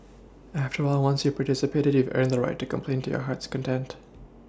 after all once you participated that you've earned the right to complain to your heart's content